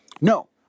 No